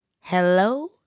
Hello